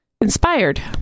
inspired